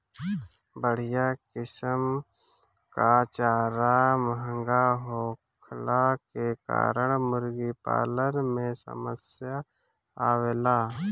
बढ़िया किसिम कअ चारा महंगा होखला के कारण मुर्गीपालन में समस्या आवेला